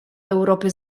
europy